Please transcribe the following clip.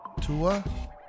Tua